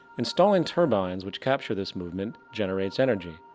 installing turbines which capture this movement, generates energy.